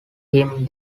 him